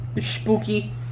Spooky